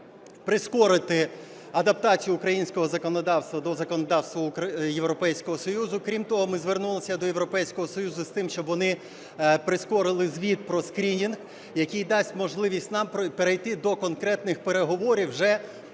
прискорити адаптацію українського законодавства до законодавства Європейського Союзу. Крім того, ми звернулися до Європейського Союзу з тим, щоб вони прискорили звіт про скринінг, який дасть можливість нам перейти до конкретних переговорів вже